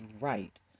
right